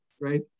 Right